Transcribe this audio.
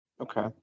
Okay